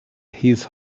his